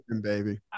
baby